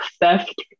theft